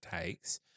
takes